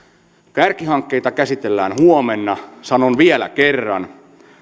kärkihankkeita käsitellään huomenna sanon vielä kerran